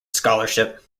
scholarship